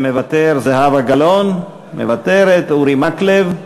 מוותר, זהבה גלאון, מוותרת, אורי מקלב,